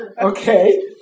Okay